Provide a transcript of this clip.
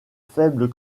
faible